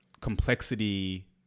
complexity